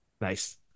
Nice